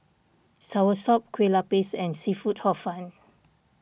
Soursop Kueh Lapis and Seafood Hor Fun